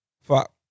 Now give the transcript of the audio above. fuck